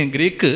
Greek